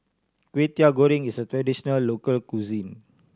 Kwetiau Goreng is a traditional local cuisine